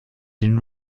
den